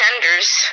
tenders